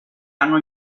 hanno